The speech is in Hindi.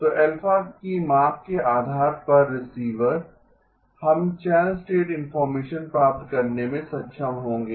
तो α की माप के आधार पर रिसीवर हम चैनल स्टेट इन्फॉर्मेशन प्राप्त करने में सक्षम होंगे